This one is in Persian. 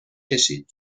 کشید